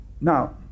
Now